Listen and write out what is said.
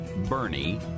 bernie